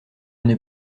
n’est